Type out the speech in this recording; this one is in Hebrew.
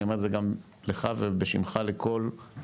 אני אומר את זה גם לך ובשמך לכל הרשויות